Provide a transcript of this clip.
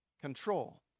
Control